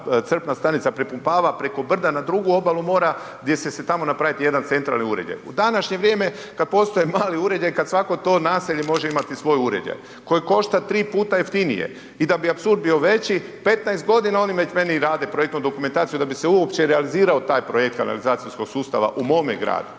crpna stanica prepumpava preko brda na drugu obalu mora gdje će se tamo napraviti jedan centralni uređaj. U današnje vrijeme kad postoji mali uređaj, kad svako to naselje može imati svoj uređaj koje košta tri puta jeftinije i da bi apsurd bio veći, 15.g. oni već meni rade projektnu dokumentaciju da bi se uopće realizirao taj projekt kanalizacijskog sustava u mome gradu,